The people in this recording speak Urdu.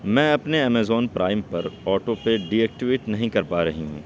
میں اپنے امیزون پرائم پر آٹو پے ڈی ایکٹیویٹ نہیں کر پا رہی ہوں